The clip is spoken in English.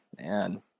man